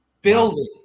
building